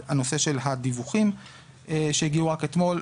הנושא של הדיווחים שהגיעו רק אתמול.